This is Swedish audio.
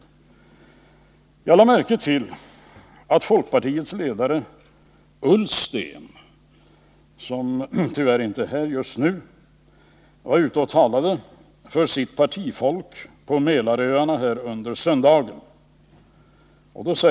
Jag har lagt märke till att folkpartiets ledare — Ola Ullsten, som tyvärr inte är här just nu — var ute och talade för sitt partifolk på Mälaröarna under söndagen.